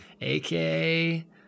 aka